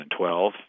2012